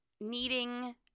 needing